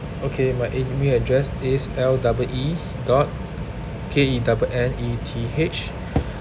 okay my email address is L double E dot K E double N E T H